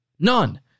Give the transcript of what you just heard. None